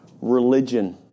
religion